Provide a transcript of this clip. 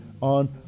on